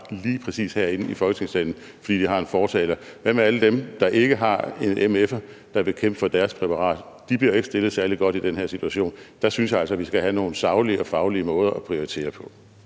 lige præcis herinde i Folketingssalen, fordi de har en fortaler. Hvad med alle dem, der ikke har en mf'er, der vil kæmpe for deres præparat? De bliver ikke stillet særlig godt i den her situation. Og der synes jeg altså, at vi skal have nogle saglige og faglige måder at prioritere på.